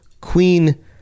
Queen